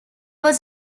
was